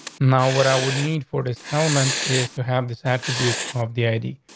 now, what i would need for this element is to have this attribute of the id.